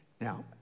Now